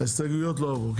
ההסתייגויות לא עברו.